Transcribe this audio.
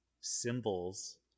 symbols